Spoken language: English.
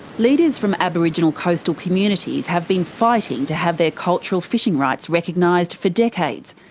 leaders from aboriginal coastal communities have been fighting to have their cultural fishing rights recognised for decades.